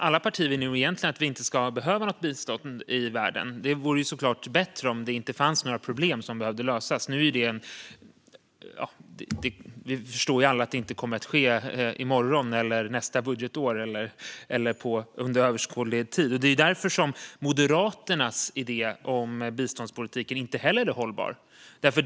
Alla partier vill nog egentligen att vi inte ska behöva något bistånd i världen. Det vore såklart bättre om det inte fanns några problem som behövde lösas, men vi förstår ju alla att det inte kommer att ske i morgon, under nästa budgetår eller under överskådlig tid. Det är därför Moderaternas idé om biståndspolitiken inte heller är hållbar.